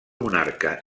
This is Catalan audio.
monarca